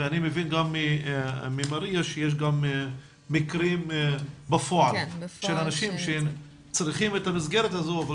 ואני מבין ממריה שיש גם מקרים בפועל שצריכים את המסגרת הזו,